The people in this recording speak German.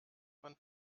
von